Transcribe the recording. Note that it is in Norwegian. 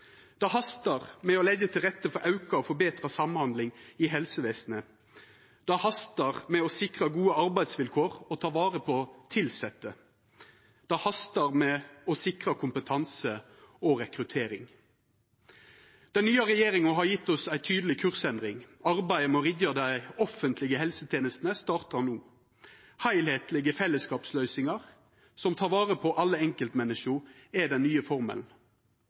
Det hastar med å leggja til rette for auka og forbetra samhandling i helsevesenet. Det hastar med å sikra gode arbeidsvilkår og ta vare på dei tilsette. Det hastar med å sikra kompetanse og rekruttering. Den nye regjeringa har gjeve oss ei tydeleg kursendring. Arbeidet med å rigga dei offentlege helsetenestene startar no. Heilskaplege fellesskapsløysingar, som tek vare på alle enkeltmenneska, er den nye formelen.